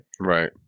Right